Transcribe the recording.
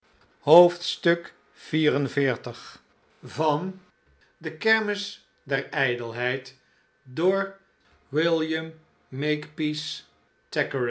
i oclocrooococoocococooclf de kermis der ijdelheid van william